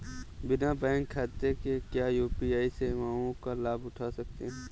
बिना बैंक खाते के क्या यू.पी.आई सेवाओं का लाभ उठा सकते हैं?